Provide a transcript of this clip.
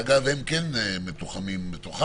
אגב הם כן מתוחמים בתוכם,